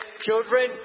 children